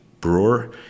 brewer